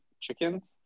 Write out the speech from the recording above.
chickens